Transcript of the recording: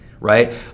right